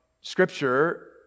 Scripture